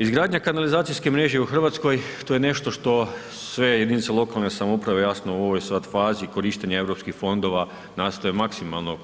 Izgradnja kanalizacijske mreže u Hrvatskoj, to je nešto što sve jedinice lokalne samouprave, jasno, u ovoj sad fazi korištenja EU fondova nastoje maksimalno